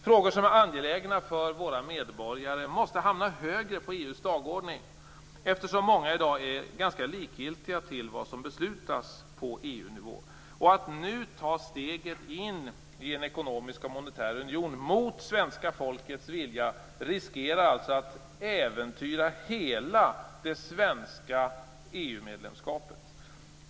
Frågor som är angelägna för våra medborgare måste hamna högre på EU:s dagordning eftersom många i dag är ganska likgiltiga inför det som beslutas på EU-nivå. Att nu ta steget in i en ekonomisk och monetär union mot svenska folkets vilja riskerar alltså att äventyra hela det svenska EU-medlemskapet.